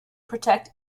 protect